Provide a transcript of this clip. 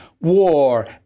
war